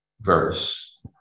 verse